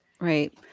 Right